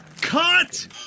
Cut